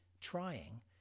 trying